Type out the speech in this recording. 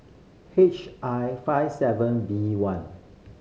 H I five seven B one